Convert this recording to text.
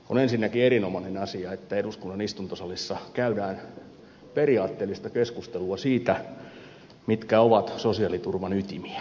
on ensinnäkin erinomainen asia että eduskunnan istuntosalissa käydään periaatteellista keskustelua siitä mitkä ovat sosiaaliturvan ytimiä